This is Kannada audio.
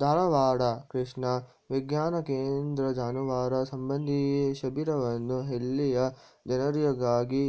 ಧಾರವಾಡ ಕೃಷಿ ವಿಜ್ಞಾನ ಕೇಂದ್ರ ಜಾನುವಾರು ಸಂಬಂಧಿ ಶಿಬಿರವನ್ನು ಹಳ್ಳಿಯ ಜನರಿಗಾಗಿ